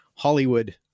hollywood